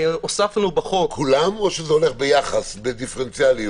כולם או שזה הולך ביחס דיפרנציאלי?